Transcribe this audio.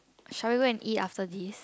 shall we go and eat after this